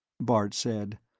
bart said,